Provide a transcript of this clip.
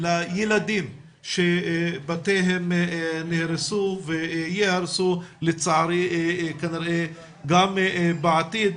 לילדים שבתיהם נהרסו וייהרסו לצערי כנראה גם בעתיד.